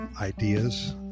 Ideas